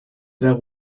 there